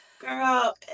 Girl